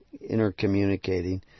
intercommunicating